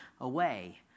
away